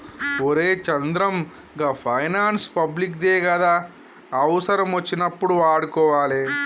ఒరే చంద్రం, గా finance public దే గదా, అవుసరమచ్చినప్పుడు వాడుకోవాలె